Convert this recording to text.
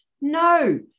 no